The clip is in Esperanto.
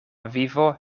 vivo